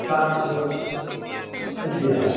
સાત સો અગિયાર